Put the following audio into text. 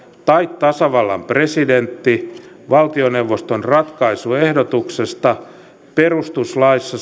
tai tasavallan presidentti valtioneuvoston ratkaisuehdotuksesta perustuslaissa